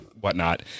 whatnot